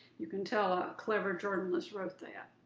you can tell a clever journalist wrote that.